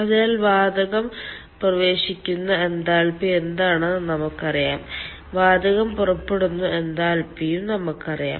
അതിനാൽ വാതകം പ്രവേശിക്കുന്ന എൻതാൽപ്പി എന്താണെന്ന് നമുക്കറിയാം വാതകം പുറപ്പെടുന്ന എൻതാൽപ്പിയും നമുക്കറിയാം